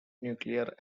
nuclear